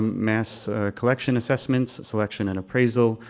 mass collection assessments, selection and appraisal,